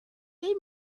they